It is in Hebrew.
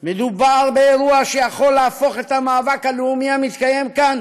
מדובר באירוע שיכול להפוך את המאבק הלאומי המתקיים כאן